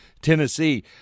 Tennessee